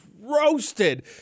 roasted